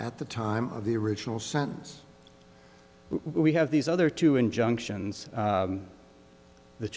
at the time of the original sentence we have these other two injunctions the